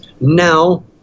now